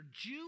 Jew